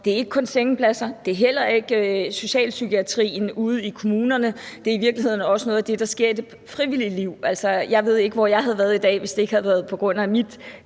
at det ikke kun er sengepladser, og at det heller ikke er socialpsykiatrien ude i kommunerne, men at det i virkeligheden også er noget af det, der sker i det frivillige liv. Altså, jeg ved ikke, hvor jeg havde været i dag, hvis det ikke havde været for mit